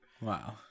Wow